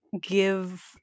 give